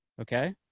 okay,